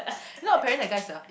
you know apparently that guy is a